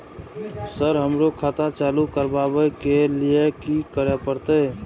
Sir हमरो खाता चालू करबाबे के ली ये की करें परते?